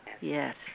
yes